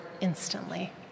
instantly